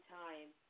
time